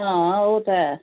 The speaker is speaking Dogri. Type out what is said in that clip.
हां ओह् ते है